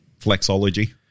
Flexology